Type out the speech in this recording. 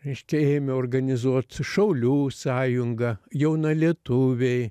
reiškia ėmė organizuot šaulių sąjunga jaunalietuviai